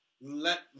Let